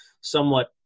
somewhat